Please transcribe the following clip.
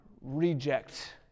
reject